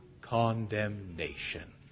condemnation